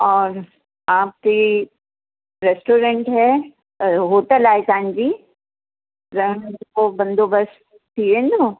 और आपके रेस्टोरेंट हैं होटल आहे तव्हांजी रहण जो पोइ बंदोबस्त थी वेंदो